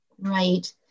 Right